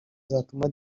zatuma